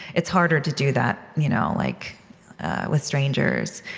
it's harder to do that you know like with strangers,